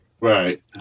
Right